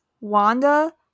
Wanda